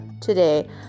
today